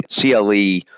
CLE